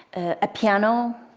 a piano,